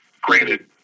Granted